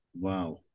Wow